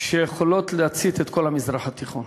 שיכולים להצית את כל המזרח התיכון.